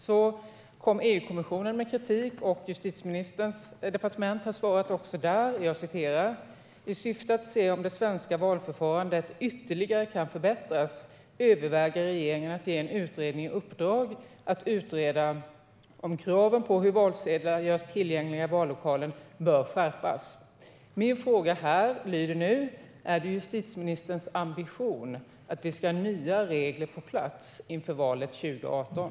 Så kom EU-kommissionen med kritik, och justitieministerns departement har svarat också där: I syfte att se om det svenska valförfarandet ytterligare kan förbättras överväger regeringen att ge en utredning i uppdrag att utreda om kraven på hur valsedlar görs tillgängliga i vallokalen bör skärpas. Min fråga lyder: Är det justitieministerns ambition att vi ska ha nya regler på plats inför valet 2018?